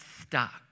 stuck